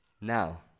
now